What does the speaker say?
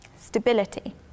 Stability